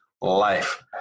life